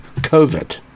COVID